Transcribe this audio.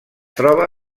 troba